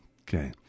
Okay